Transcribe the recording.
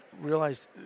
realized